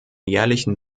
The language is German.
jährlichen